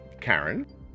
Karen